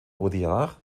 odiar